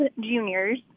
juniors